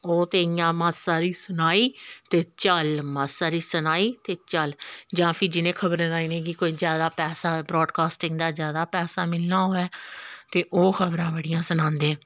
ओह् ते इ'यां मासा हारी सनाई ते चल मासा हारी सनाई ते चल जां फ्ही जि'नें खबरें दा इ'नें गी कोई जैदा पैसा ब्राडकास्टिंग दा जैदा पैसा मिलना होऐ ते ओह् खबरा बड़ियां सनांदे